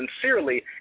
sincerely